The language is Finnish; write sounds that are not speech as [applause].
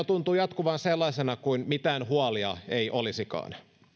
[unintelligible] tuntuu jatkuvan sellaisena kuin mitään huolia ei olisikaan